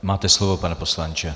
Máte slovo, pane poslanče.